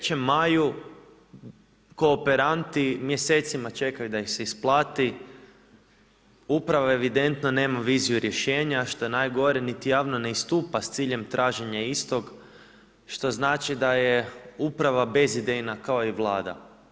U Trećem Maju, kooperanti mjesecima čekaju da im se isplati, u pravo je evidentno nema viziju rješenja, što je i najgore, niti javno ne istupa s ciljem traženja istog, što znači da je uprava bezidejna kao i Vlada.